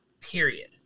period